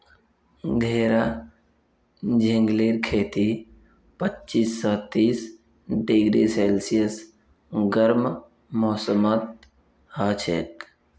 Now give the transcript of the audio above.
घेरा झिंगलीर खेती पच्चीस स तीस डिग्री सेल्सियस गर्म मौसमत हछेक